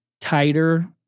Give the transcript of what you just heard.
tighter